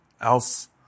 else